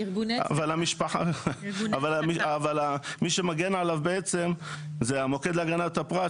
אבל מי שמגן עליו זה המוקד להגנת הפרט,